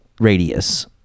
radius